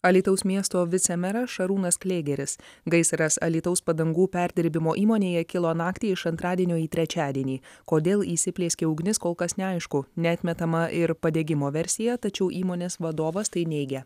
alytaus miesto vicemeras šarūnas klėgeris gaisras alytaus padangų perdirbimo įmonėje kilo naktį iš antradienio į trečiadienį kodėl įsiplieskė ugnis kol kas neaišku neatmetama ir padegimo versija tačiau įmonės vadovas tai neigia